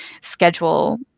schedule